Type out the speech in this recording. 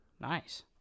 Nice